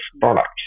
products